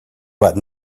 what